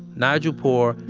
nigel poor,